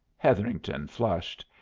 hetherington flushed.